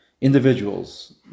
individuals